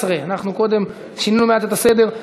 17, אנחנו קודם שינינו מעט את הסדר.